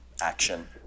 action